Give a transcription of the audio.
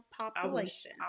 population